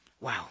Wow